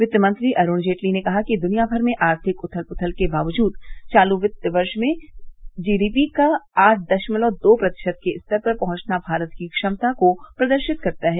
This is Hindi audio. वित्तमंत्री अरूण जेटली ने कहा है कि दुनियामर में आर्थिक ऊथल पुथल के बावजूद चालू वित्त वर्ष में जीडीपी का आठ दशमलव दो प्रतिशत के स्तर पर पहुंचना भारत की क्षमता को प्रदर्शित करता है